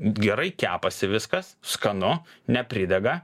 gerai kepasi viskas skanu nepridega